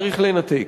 צריך לנתק.